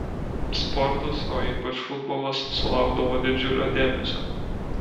sportas o ypač futbolas sulaukdavo didžiulio dėmesio